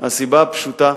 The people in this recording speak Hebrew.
מהסיבה הפשוטה,